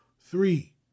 three